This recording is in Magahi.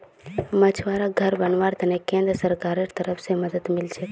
मछुवाराक घर बनव्वार त न केंद्र सरकारेर तरफ स मदद मिल छेक